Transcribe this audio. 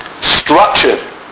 structured